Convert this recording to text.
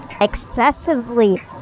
excessively